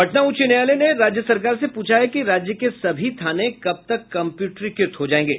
पटना उच्च न्यायालय ने राज्य सरकार से पूछा है कि राज्य के सभी थानें कब तक कम्प्युटरीकृत हो जाएंगे